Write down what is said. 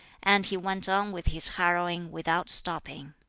and he went on with his harrowing, without stopping.